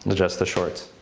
and adjust the shorts.